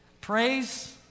Praise